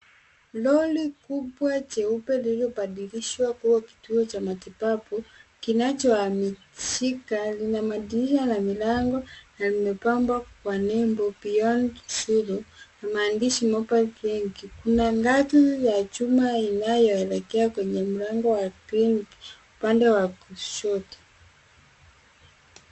Lori kubwa jeupe lililobadilishwa kuwa kituo cha matibabu, kinachohamishika lina madirisha na milango na limepambwa kwa nembo Beyond Zero na maadishi Mobile Clinic . Kuna ngazi ya chuma inayoelekea kwenye mlango wa kliniki upande wa kushoto.